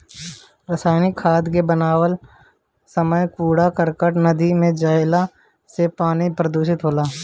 रासायनिक खाद के बनावत समय कूड़ा करकट नदी में जईला से पानी प्रदूषित होला